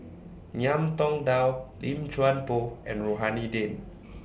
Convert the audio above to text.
Ngiam Tong Dow Lim Chuan Poh and Rohani Din